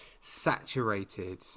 saturated